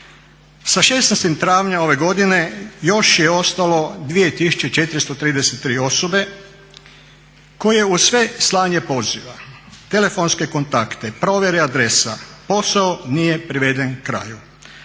Sa 16. travnjem ove godine još je ostalo 2433 osobe koje uz sve slanje poziva, telefonske kontakte, provjere adresa posao nije priveden kraju.